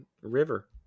River